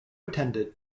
attended